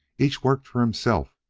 each worked for himself,